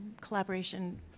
collaboration